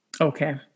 Okay